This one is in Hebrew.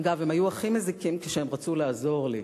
אגב, הם היו הכי מזיקים כשהם רצו לעזור לי.